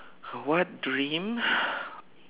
what dream